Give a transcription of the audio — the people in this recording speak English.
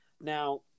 Now